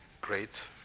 great